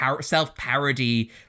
self-parody